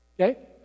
Okay